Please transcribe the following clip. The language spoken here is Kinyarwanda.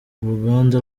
uruganda